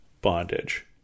bondage